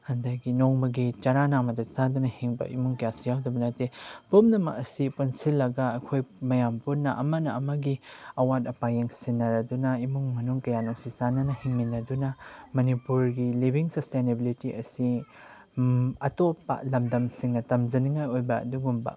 ꯑꯗꯒꯤ ꯅꯣꯡꯃꯒꯤ ꯆꯔꯥ ꯅꯥꯝꯃꯗ ꯆꯥꯗꯅ ꯍꯤꯡꯕ ꯏꯃꯨꯡ ꯀꯌꯥꯁꯨ ꯌꯥꯎꯗꯕ ꯅꯠꯇꯦ ꯄꯨꯝꯅꯃꯛ ꯑꯁꯤ ꯄꯨꯟꯁꯤꯜꯂꯒ ꯑꯩꯈꯣꯏ ꯃꯌꯥꯝ ꯄꯨꯟꯅ ꯑꯃꯅ ꯑꯃꯒꯤ ꯑꯋꯥꯠ ꯑꯄꯥ ꯌꯦꯡꯁꯤꯟꯅꯔꯗꯨꯅ ꯏꯃꯨꯡ ꯃꯅꯨꯡ ꯀꯌꯥ ꯅꯨꯡꯁꯤ ꯆꯥꯟꯅꯅ ꯍꯤꯡꯃꯤꯟꯅꯗꯨꯅ ꯃꯅꯤꯄꯨꯔꯒꯤ ꯂꯤꯕꯤꯡ ꯁꯁꯇꯦꯅꯦꯕꯤꯂꯤꯇꯤ ꯑꯁꯤ ꯑꯇꯣꯞꯄ ꯂꯝꯁꯤꯡꯅ ꯇꯝꯖꯅꯤꯡꯉꯥꯏ ꯑꯣꯏꯕ ꯑꯗꯨꯒꯨꯝꯕ